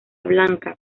blanca